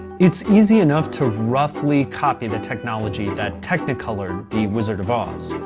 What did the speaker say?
it's easy enough to roughly copy the technology that technicolored the wizard of oz.